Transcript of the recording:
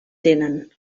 tenen